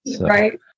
Right